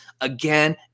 again